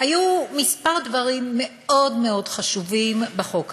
היו כמה דברים מאוד מאוד חשובים בחוק הזה.